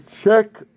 check